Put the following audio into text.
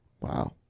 Wow